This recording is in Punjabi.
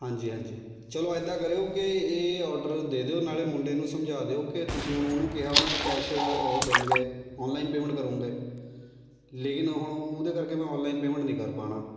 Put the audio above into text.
ਹਾਂਜੀ ਹਾਂਜੀ ਚਲੋ ਇੱਦਾਂ ਕਰਿਉ ਕਿ ਇਹ ਔਡਰ ਦੇ ਦਿਉ ਨਾਲੇ ਮੁੰਡੇ ਨੂੰ ਸਮਝਾ ਦਿਉ ਕਿ ਤੁਸੀਂ ਹੁਣ ਉਹਨੂੰ ਕਿਹਾ ਹੋਣਾ ਕਿ ਕੈਸ਼ ਉਹ ਦਊਗੇ ਔਨਲਾਈਨ ਪੇਮੈਂਟ ਕਰੂੰਗੇ ਲੇਕਿਨ ਹੁਣ ਉਹਦੇ ਕਰਕੇ ਮੈਂ ਔਨਲਾਈਨ ਪੇਮੈਂਟ ਨਹੀਂ ਕਰ ਪਾਉਣਾ